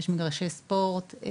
יש מגרשי ספורט,